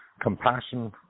compassion